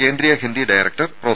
Kendriya Hindi director prof